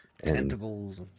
Tentacles